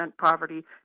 poverty